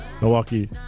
Milwaukee